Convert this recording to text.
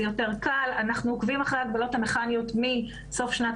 זה יותר קל: אנחנו עוקבים אחרי ההגבלות המכניות מסוף שנת